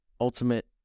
ultimate